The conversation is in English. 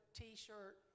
t-shirt